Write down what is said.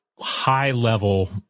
high-level